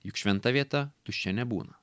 juk šventa vieta tuščia nebūna